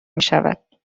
میشود